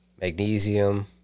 magnesium